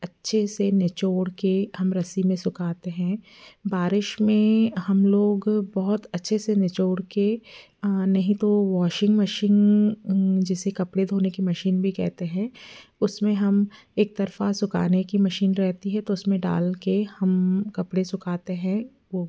अच्छे से निचोड़ के हम रस्सी में सुखाते हैं बारिश में हम लोग बहुत अच्छे से निचोड़ के नहीं तो वॉशिंग मशीन जिसे कपड़े धोने की मशीन भी कहते हैं उस में हम एक तरफ़ सुखाने की मशीन रहती है तो उस में डाल कर हम कपड़े सुखाते हैं वो